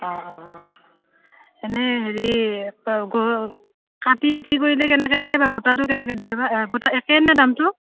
অঁ অঁ অঁ এনেই হেৰি কাটি বিক্ৰী কৰিলে কেনেকে দিয়ে বা গোটাটো কেনেকে দিয়ে বা গোটা একে নে দামটো